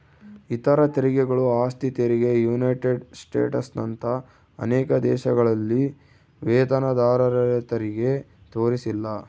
ಇತರ ತೆರಿಗೆಗಳು ಆಸ್ತಿ ತೆರಿಗೆ ಯುನೈಟೆಡ್ ಸ್ಟೇಟ್ಸ್ನಂತ ಅನೇಕ ದೇಶಗಳಲ್ಲಿ ವೇತನದಾರರತೆರಿಗೆ ತೋರಿಸಿಲ್ಲ